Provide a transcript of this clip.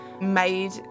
made